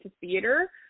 theater